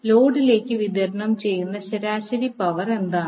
ലോഡിലേക്ക് വിതരണം ചെയ്യുന്ന ശരാശരി പവർ എന്താണ്